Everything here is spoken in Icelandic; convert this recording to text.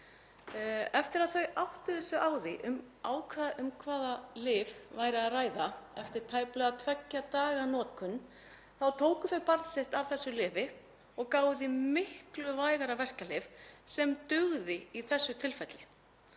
Eftir að þau áttuðu sig á því um hvaða lyf væri að ræða eftir tæplega tveggja daga notkun þá tóku þau barn sitt af þessu lyfi og gáfu því miklu vægara verkjalyf sem dugði í þessu tilfelli.